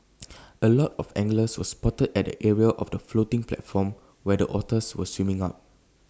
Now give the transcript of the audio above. A lot of anglers were spotted at the area of the floating platform where the otters were swimming up